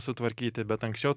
sutvarkyti bet anksčiau